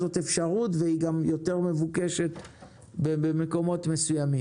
יש בנה ביתך רק במקומות שיש אדמה.